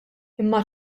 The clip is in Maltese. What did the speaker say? imma